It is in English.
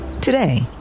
today